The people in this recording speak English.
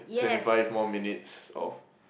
twenty five more minutes of